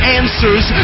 answers